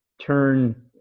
turn